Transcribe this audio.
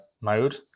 mode